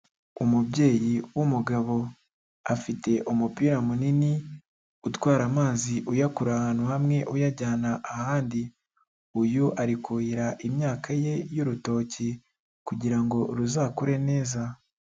Umubyeyi w'umugabo, afite umupira munini, utwara amazi uyakura ahantu hamwe uyajyana ahandi. Uyu ari kuhira imyaka ye y'urutoki kugira ngo ruzakure neza.